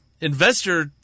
investor